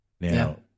now